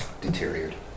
Deteriorated